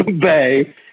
bay